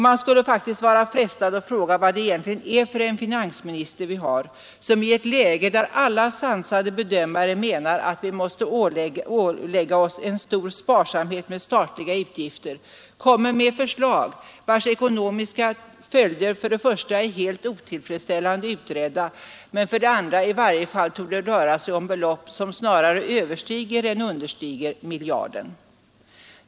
Man skulle faktiskt vara frestad att fråga vad det egentligen är för finansminister vi har som i ett läge där alla sansade bedömare anser att vi bör ålägga oss stor sparsamhet med statliga utgifter kommer med förslag, vilkas ekonomiska följder är helt otillfredsställande utredda men i fråga om vilka det torde röra sig om belopp, som snarare överstiger än understiger miljarden.